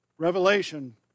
Revelation